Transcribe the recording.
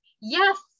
yes